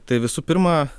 tai visų pirma